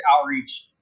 outreach